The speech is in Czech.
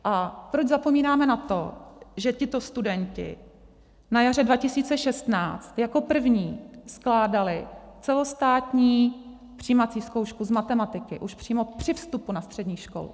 A proč zapomínáme na to, že tito studenti na jaře 2016 jako první skládali celostátní přijímací zkoušku z matematiky už přímo při vstupu na střední školu.